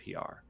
PR